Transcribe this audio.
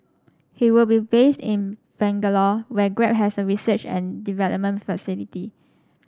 he will be based in Bangalore where Grab has a research and development facility